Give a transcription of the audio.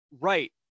right